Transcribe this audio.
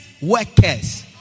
workers